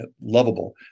lovable